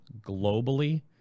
globally